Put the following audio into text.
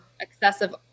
excessive